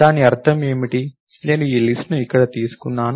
దాని అర్థం ఏమిటి నేను ఈ లిస్ట్ ను ఇక్కడ తీసుకున్నాను